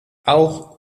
auch